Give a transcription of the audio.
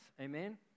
amen